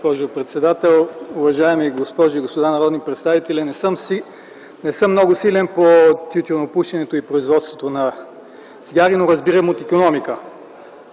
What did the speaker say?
госпожо председател. Уважаеми госпожи и господа народни представители, не съм много силен по тютюнопушенето и производството на цигари, но разбирам от икономика